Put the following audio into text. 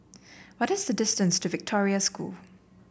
what is the distance to Victoria School